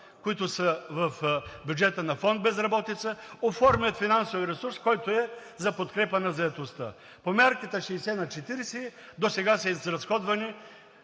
които са в бюджета на фонд „Безработица“, оформят финансовия ресурс, който е за подкрепа на заетостта. По мярката 60/40 досега са изразходвани